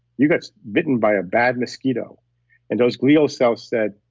you got bitten by a bad mosquito and those glial cells said,